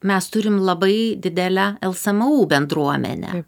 mes turim labai didelę lsmu bendruomenę